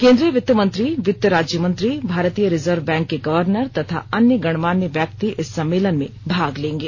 केन्द्रीय वित्त मंत्री वित्त राज्य मंत्री भारतीय रिजर्व बैंक के गवर्नर तथा अन्य गणमान्य व्यक्ति इस सम्मेलन में भाग लेंगे